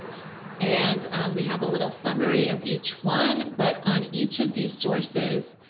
and we have a little summary of each one. but on each of these sources,